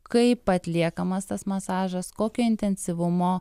kaip atliekamas tas masažas kokio intensyvumo